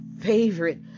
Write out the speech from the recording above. favorite